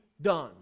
done